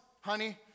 honey